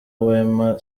wema